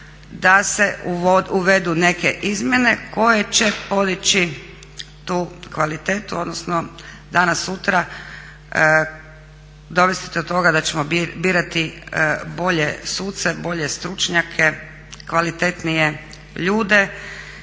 da se uvedu neke izmjene koje će podići tu kvalitetu, odnosno danas sutra dovesti do toga da ćemo birati bolje suce, bolje stručnjake, kvalitetnije ljude,